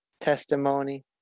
testimony